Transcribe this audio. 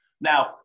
Now